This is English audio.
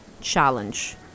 challenge